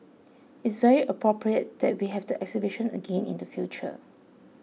it's very appropriate that we have the exhibition again in the future